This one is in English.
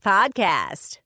Podcast